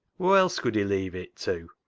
whoa else could he leave it tew?